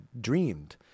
dreamed